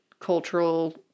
cultural